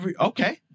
Okay